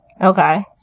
Okay